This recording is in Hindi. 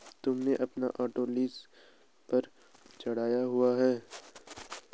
तुमने अपना ऑटो लीस पर चढ़ाया हुआ है?